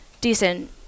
decent